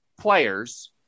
players